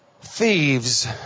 Thieves